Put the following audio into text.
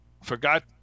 forgot